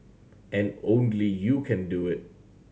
and only you can do it